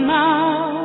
now